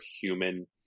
human